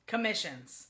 Commissions